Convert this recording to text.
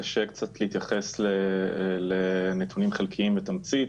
קשה קצת להתייחס לנתונים חלקיים בתמצית.